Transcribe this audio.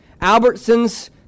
Albertsons